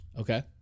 Okay